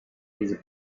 his